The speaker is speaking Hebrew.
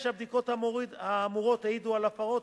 שכאשר הבדיקות האמורות העידו על הפרות,